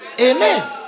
Amen